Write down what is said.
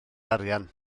arian